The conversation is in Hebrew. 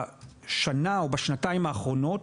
בשנה או בשנתיים האחרונות,